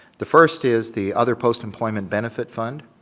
the first is the other post employment benefit fund